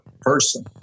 person